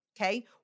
okay